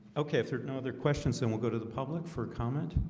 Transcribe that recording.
okay, if there are no other questions, then we'll go to the public for comment